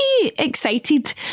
excited